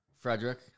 Frederick